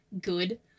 good